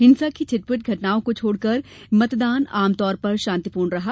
हिंसा की छिट पुट घटनाओं को छोड़कर मतदान आमतौर पर शांतिपूर्ण रहा